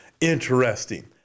interesting